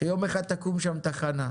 שיום אחד תקום שם תחנה?